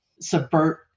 subvert